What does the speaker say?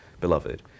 beloved